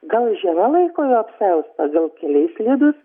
gal žino laiko jo apsiaustą gal keliai slidūs